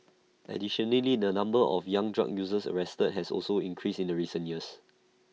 additionally the number of young drug users arrested has also increased in recent years